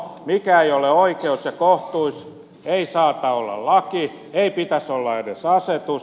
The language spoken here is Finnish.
mikä ei ole oi keus ja kohtuus ei saata olla laki ei pitäisi olla edes asetus